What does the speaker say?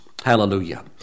Hallelujah